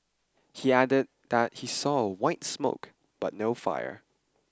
he added that he saw white smoke but no fire